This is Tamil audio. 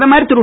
பிரதமர் திரு